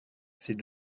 ces